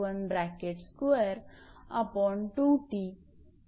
𝑑2−𝑑1ℎ असे आहे